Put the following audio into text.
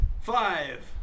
Five